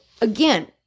again